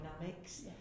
dynamics